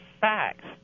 facts